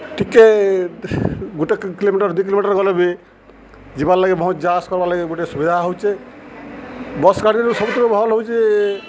ଟିକେ ଗୁଟେ କିଲୋମିଟର୍ ଦୁଇ କିଲୋମିଟର୍ ଗଲେବି ଯିବାର୍ ଲାଗି ବହୁତ୍ ଯା ଆସ୍ କର୍ବାର୍ ଲାଗି ଗୁଟେ ସୁବିଧା ହଉଚେ ବସ୍ ଗାଡ଼ିରୁ ସବୁଥି ଭଲ୍ ହଉଛେ